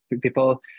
people